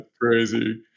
crazy